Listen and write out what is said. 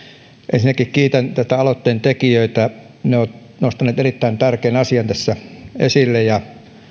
ensinnäkin kiitän näitä aloitteen tekijöitä he ovat nostaneet erittäin tärkeän asian tässä esille